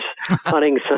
hunting